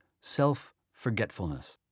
self-forgetfulness